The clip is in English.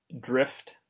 drift